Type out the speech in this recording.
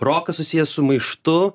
rokas susijęs su maištu